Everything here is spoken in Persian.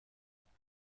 میکنم